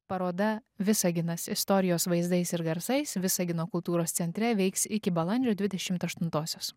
paroda visaginas istorijos vaizdais ir garsais visagino kultūros centre veiks iki balandžio dvidešimt aštuntosios